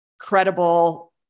credible